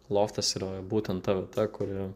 loftas yra būtent ta kuri